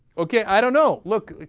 o k, i don't know, look,